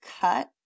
cut